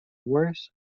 worse